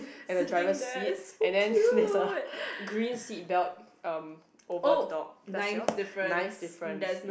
at the driver seat and then there's a green seatbelt um over dog that's yours nine difference